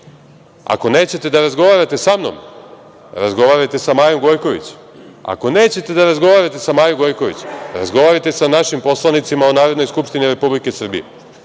Ako nećete da razgovarate sa mnom, razgovarajte sa Majom Gojković. Ako nećete da razgovarate sa Majom Gojković, razgovarajte sa našim poslanicima u Narodnoj skupštini Republike Srbije. Srpska